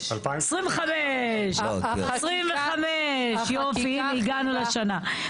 2025. יופי, הנה, הגענו לשנה.